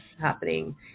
happening